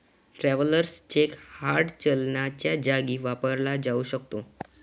travellers cheque hard चलनाच्या जागी वापरला जाऊ शकतो